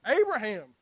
Abraham